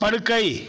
படுக்கை